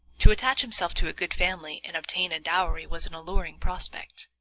to attach himself to a good family and obtain a dowry was an alluring prospect.